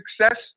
success